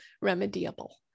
remediable